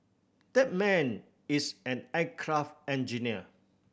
that man is an aircraft engineer